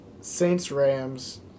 Saints-Rams